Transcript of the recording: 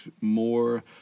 more